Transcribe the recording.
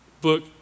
book